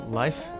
life